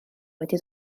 wedi